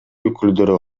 өкүлдөрү